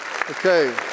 Okay